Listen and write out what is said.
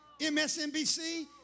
MSNBC